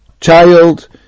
child